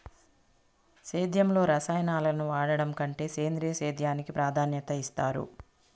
సేద్యంలో రసాయనాలను వాడడం కంటే సేంద్రియ సేద్యానికి ప్రాధాన్యత ఇస్తారు